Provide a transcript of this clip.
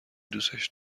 دوستش